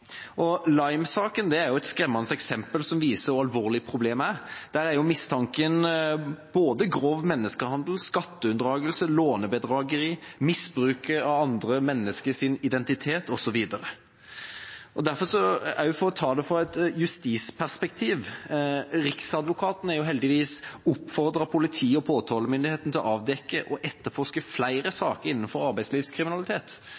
er et skremmende eksempel som viser hvor alvorlig problemet er. Der er mistanken både grov menneskehandel, skatteunndragelse, lånebedrageri, misbruk av andre menneskers identitet, osv. For å se på det fra et justisperspektiv har heldigvis Riksadvokaten oppfordret politi- og påtalemyndighetene til å avdekke og etterforske flere